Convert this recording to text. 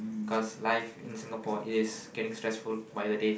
cause life in Singapore it's getting stressful by the day